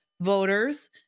voters